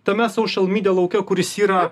tame social media lauke kuris yra